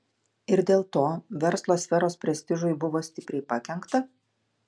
ir dėl to verslo sferos prestižui buvo stipriai pakenkta